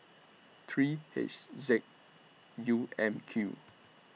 three H Z U M Q